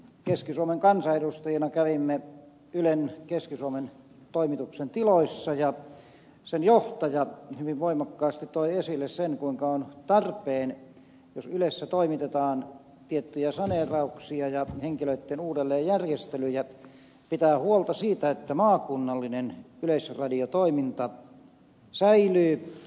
keski suomen kansanedustajina kävimme ylen keski suomen toimituksen tiloissa ja sen johtaja hyvin voimakkaasti toi esille sen kuinka on tarpeen jos ylessä toimitetaan tiettyjä saneerauksia ja henkilöitten uudelleenjärjestelyjä pitää huolta siitä että maakunnallinen yleisradiotoiminta säilyy